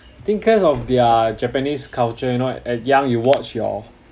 I think cause of their japanese culture you know at young you watch your